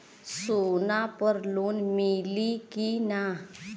सोना पर लोन मिली की ना?